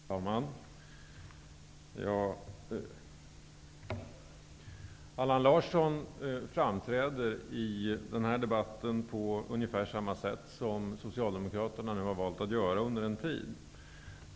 Herr talman! Allan Larsson framträder i den här debatten på ungefär samma sätt som socialdemokraterna nu under en tid har valt att göra.